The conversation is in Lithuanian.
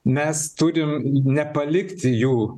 mes turim nepalikti jų